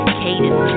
cadence